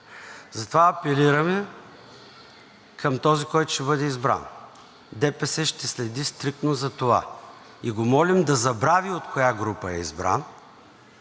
Затова апелираме към този, който ще бъде избран – ДПС ще следи стриктно за това, и го молим да забрави от коя група е избран,